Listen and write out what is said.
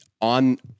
on